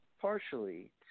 partially